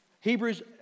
Hebrews